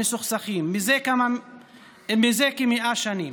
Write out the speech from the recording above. המסוכסכים זה כ-100 שנים,